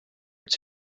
its